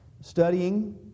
studying